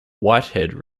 whitehead